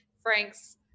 Frank's